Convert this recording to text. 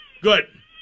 Good